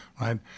right